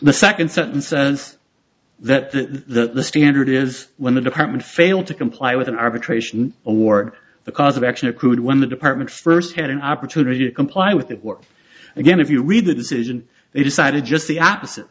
the second certain sense that the standard is when the department failed to comply with an arbitration or the cause of action or could when the department first had an opportunity to comply with that work again if you read the decision they decided just the opposite